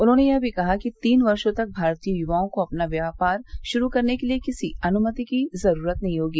उन्होंने यह भी कहा कि तीन वर्षों तक भारतीय य्वाओं को अपना व्यापार श्रू करने के लिए किसी अनुमति की जरूरत नहीं होगी